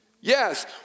Yes